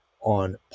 on